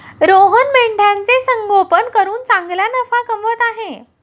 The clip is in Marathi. रोहन मेंढ्यांचे संगोपन करून चांगला नफा कमवत आहे